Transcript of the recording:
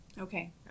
Okay